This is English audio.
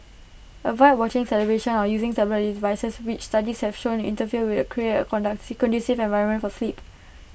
avoid watching television or using tablet devices which studies have shown interfere with create A conducive environment for sleep